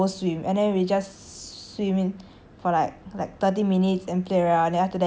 for like like thirty minutes and play around then after that 我们回去 and like get ready to go out again lor